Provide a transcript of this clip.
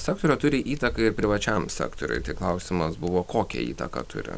sektoriuje turi įtaką ir privačiam sektoriui tai klausimas buvo kokią įtaką turi